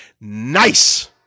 Nice